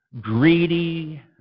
greedy